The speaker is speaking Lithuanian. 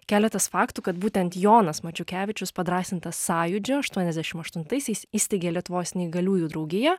keletas faktų kad būtent jonas mačiukevičius padrąsintas sąjūdžio aštuoniasdešimt aštuntaisiais įsteigė lietuvos neįgaliųjų draugiją